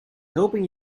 hoping